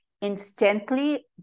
instantly